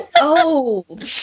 old